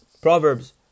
Proverbs